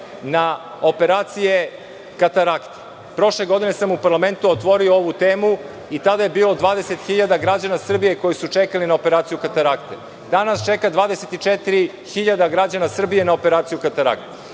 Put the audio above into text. na operacije katarakte. Prošle godine sam u parlamentu otvorio ovu temu i tada je bilo 20.000 građana Srbije koji su čekali na operaciju katarakte. Danas čeka 24.000 građana Srbije na operaciju katarakte.